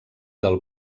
del